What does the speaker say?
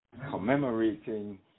commemorating